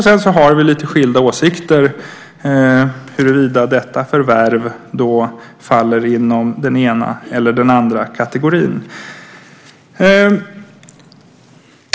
Sedan har vi lite skilda åsikter om huruvida detta förvärv faller inom den ena eller den andra kategorin.